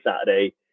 Saturday